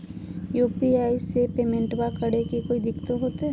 UPI से पेमेंटबा करे मे कोइ दिकतो होते?